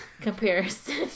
comparison